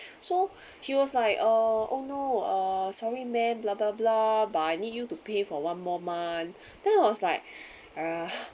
so he was like uh oh no uh sorry ma'am blah blah blah but I need you to pay for one more month then I was like uh